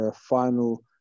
final